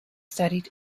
studied